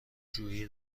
جویی